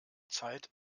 zeit